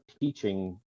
teaching